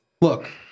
look